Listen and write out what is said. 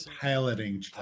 piloting